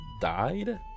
died